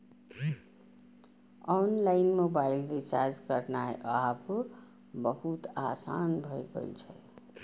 online mobile recharge करनाय आब बहुत आसान भए गेल छै